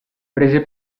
prese